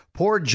poor